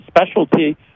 specialty